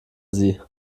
sie